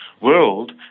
world